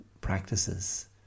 practices